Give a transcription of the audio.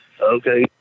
okay